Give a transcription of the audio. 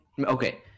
okay